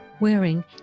Wearing